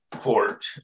fort